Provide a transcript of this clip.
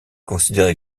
considéré